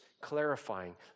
clarifying